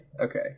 okay